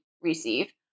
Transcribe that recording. receive